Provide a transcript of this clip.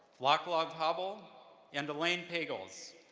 vaclav havel and elaine pagels,